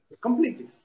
Completely